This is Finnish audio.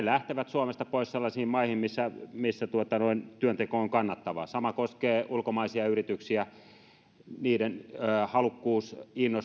lähtevät suomesta pois sellaisiin maihin missä missä työnteko on kannattavaa sama koskee ulkomaisia yrityksiä niiden halukkuus